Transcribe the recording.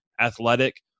athletic